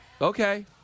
Okay